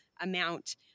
amount